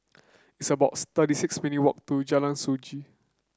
it's about thirty six minute walk to Jalan Sungei